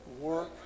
work